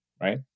right